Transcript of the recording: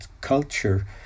culture